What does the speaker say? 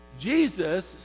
Jesus